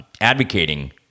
advocating